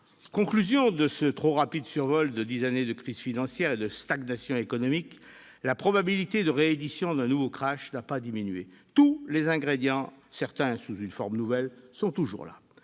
Conclusion de ce trop rapide survol de dix années de crise financière et de stagnation économique : la probabilité de réédition d'un nouveau krach n'a pas diminué. Tous les ingrédients- certains sous une forme nouvelle -sont toujours là.